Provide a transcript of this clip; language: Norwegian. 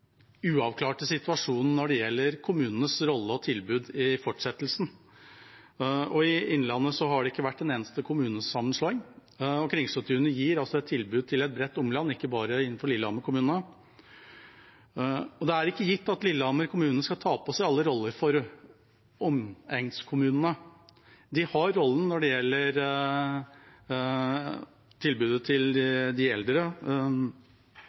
gjelder kommunenes rolle og tilbud i fortsettelsen. I Innlandet har det ikke vært en eneste kommunesammenslåing, og Kringsjåtunet gir tilbud til et bredt omland, ikke bare innenfor Lillehammer kommune. Det er ikke gitt at Lillehammer kommune skal ta på seg alle roller for omegnskommunene. De har den rollen når det gjelder tilbudet til